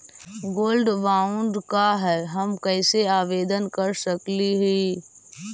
Gold bond का है, हम कैसे आवेदन कर सकली ही?